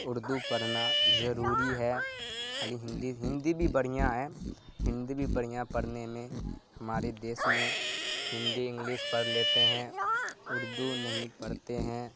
اردو پڑھنا جضروری ہے خالی ہندی ہندی بھی بڑھیا ہے ہندی بھی بڑھیا پڑھنے میں ہمارے دیس میں ہندی انگلس پڑھ لیتے ہیں اردو نہیں پڑھتے ہیں